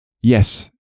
Yes